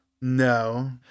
No